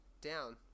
down